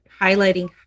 highlighting